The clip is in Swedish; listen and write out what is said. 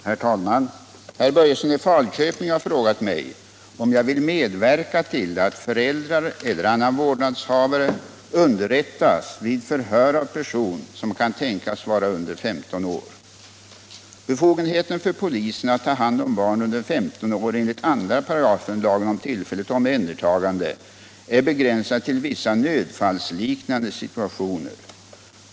Herr talman! Herr Börjesson i Falköping har frågat mig om jag vill medverka till att föräldrar eller annan vårdnadshavare underrättas vid förhör av person som kan tänkas vara under 15. år. Befogenheten för polisen att ta hand om barn under 15 år enligt 2§ lagen om tillfälligt omhändertagande är begränsad till vissa nödfallsliknande situationer.